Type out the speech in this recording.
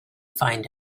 find